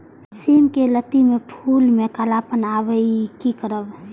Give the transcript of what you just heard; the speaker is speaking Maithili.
सिम के लत्ती में फुल में कालापन आवे इ कि करब?